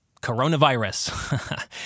coronavirus